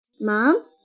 Mom